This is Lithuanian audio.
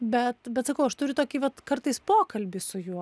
bet bet sakau aš turiu tokį vat kartais pokalbį su juo